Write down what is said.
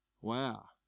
Wow